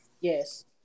yes